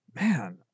man